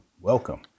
Welcome